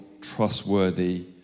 trustworthy